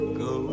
go